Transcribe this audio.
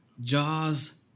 Jaws